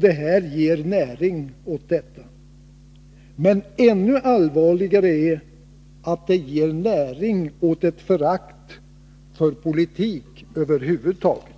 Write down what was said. sådant här ger näring åt detta. Men ännu allvarligare är att det ger näring åt ett förakt för politik över huvud taget.